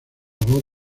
voz